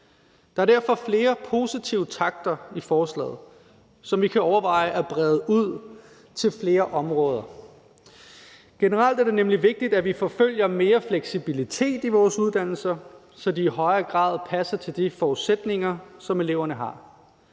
Der er derfor flere positive takter i forslaget, som vi kan overveje at brede ud til flere områder. Generelt er det nemlig vigtigt, at vi forfølger mere fleksibilitet i vores uddannelser, så de i højere grad passer til de forudsætninger, som eleverne har,